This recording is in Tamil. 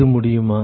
இது முடியுமா